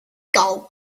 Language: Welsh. debygol